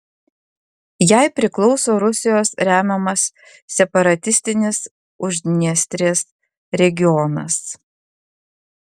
jai priklauso rusijos remiamas separatistinis uždniestrės regionas